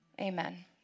Amen